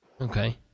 Okay